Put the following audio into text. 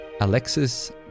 Alexis